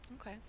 Okay